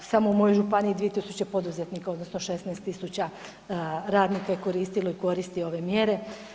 Samo u mojoj županiji 2000 poduzetnika odnosno 16 000 radnika je koristilo i koristi ove mjere.